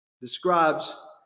describes